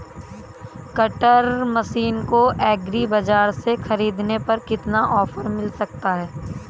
Cutter machine को agri बाजार से ख़रीदने पर कितना ऑफर मिल सकता है?